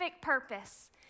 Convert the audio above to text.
purpose